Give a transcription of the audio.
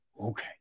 okay